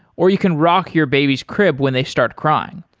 or you can rock your baby's crib when they start crying.